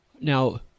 Now